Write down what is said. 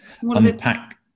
unpack